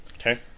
Okay